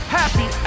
happy